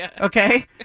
Okay